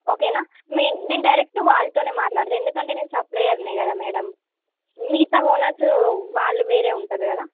okay నా నేన్ నేను డైరెక్ట్ వాళ్ళతోనే మాట్లాడతా ఎందుకంటే నేను సప్లయర్ని కదా మేడం మిగతా ఓనర్స్ వాళ్ళు వేరే ఉంటారు కదా